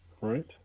right